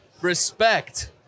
respect